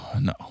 no